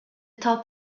top